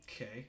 Okay